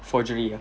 forgery